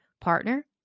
partner